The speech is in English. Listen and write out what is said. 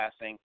passing